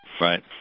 Right